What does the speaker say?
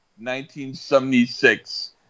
1976